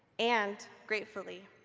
and gratefully